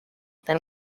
than